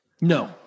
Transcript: No